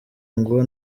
ngo